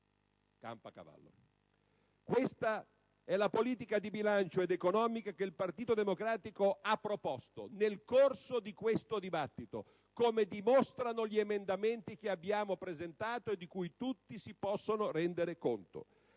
Campa cavallo! Questa è la politica di bilancio ed economica che il Partito Democratico ha proposto nel corso di questo dibattito, come dimostrano gli emendamenti che abbiamo presentato, e di cui tutti si possono rendere conto.